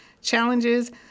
challenges